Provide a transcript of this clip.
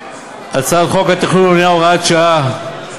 הצעת חוק התכנון והבנייה (הוראת שעה).